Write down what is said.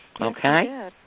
Okay